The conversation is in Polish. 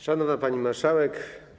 Szanowna Pani Marszałek!